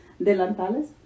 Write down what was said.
Delantales